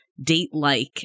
date-like